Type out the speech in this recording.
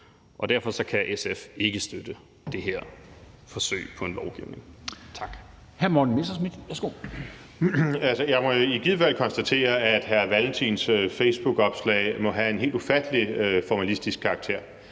Derfor kan SF ikke støtte det her forsøg på en lovgivning.